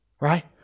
right